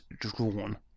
drawn